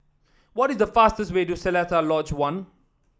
what is the fastest way to Seletar Lodge One